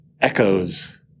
echoes